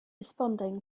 responding